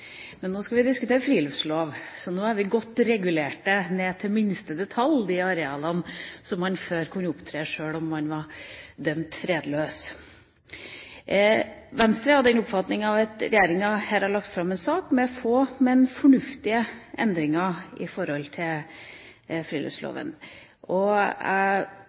Men nå skal vi diskutere friluftslov. Nå er de godt regulert, ned til hver minste detalj, de arealene man før kunne opptre i, sjøl om man var dømt fredløs. Venstre er av den oppfatning at regjeringen her har lagt fram en sak med få, men fornuftige endringer av friluftsloven. Jeg liker veldig dårlig å påpeke at Kristelig Folkeparti og